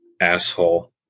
asshole